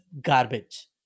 garbage